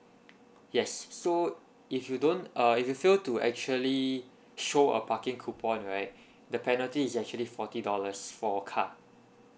yes so if you don't uh if you fail to actually show a parking coupon right the penalty is actually forty dollars for a car